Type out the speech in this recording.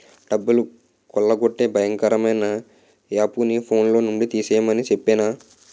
డబ్బులు కొల్లగొట్టే భయంకరమైన యాపుని ఫోన్లో నుండి తీసిమని చెప్పేనా